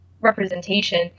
representation